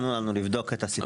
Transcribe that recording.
נבדוק את הסיפור הזה.